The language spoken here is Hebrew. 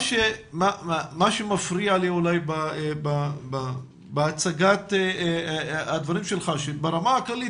מה שמפריע לי אולי בהצגת הדברים שלך שברמה הכללית,